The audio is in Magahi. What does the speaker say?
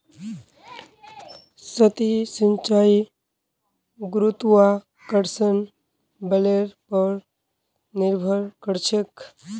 सतही सिंचाई गुरुत्वाकर्षण बलेर पर निर्भर करछेक